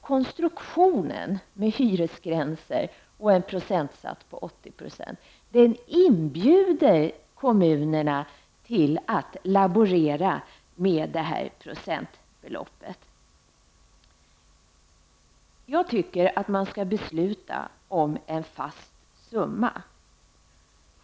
Konstruktionen med hyresgränser och en procentsats på 80 % inbjuder ju kommunerna till att laborera med procentsatsen. Jag tycker att man skall besluta om en fast summa.